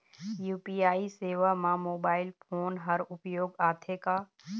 UPI सेवा म mobile phone हर उपयोग आथे का?